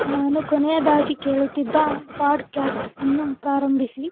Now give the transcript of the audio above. ನಾನು ಕೊನೆಯದಾಗಿ ಕೇಳುತ್ತಿದ್ದ ಪಾಡ್ಕ್ಯಾಸ್ಟನ್ನು ಪ್ರಾರಂಭಿಸಿ